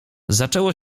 zaczęło